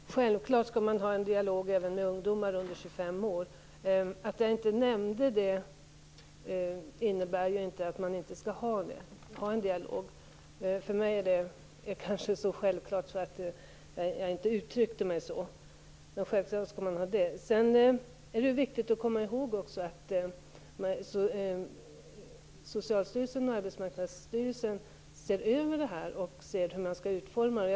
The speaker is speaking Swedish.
Fru talman! Självklart skall man föra en dialog även med ungdomar under 25 år. Att jag inte nämnde det innebär inte att man inte skall ha en sådan dialog. För mig är det kanske så självklart att jag inte nämnde det. Det är också viktigt att komma ihåg att Socialstyrelsen och Arbetsmarknadsstyrelsen ser över det här och tar ställning till utformningen.